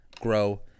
grow